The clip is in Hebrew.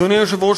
אדוני היושב-ראש,